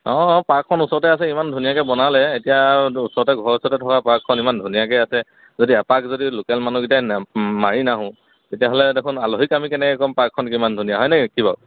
অঁ পাৰ্কখন ওচৰতে আছে ইমান ধুনীয়াকৈ বনালে এতিয়া ওচৰতে ঘৰৰ ওচৰতে থকা পাৰ্কখন ইমান ধুনীয়াকৈ আছে যদি এপাক যদি লোকেল মানুহকেইটাই নে মাৰি নাহোঁ তেতিয়াহ'লে দেখোন আলহীক আমি কেনেকৈ ক'ম পাৰ্কখন কিমান ধুনীয়া হয় নাই কি বাৰু